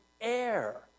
air